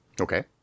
Okay